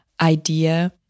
idea